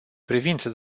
privință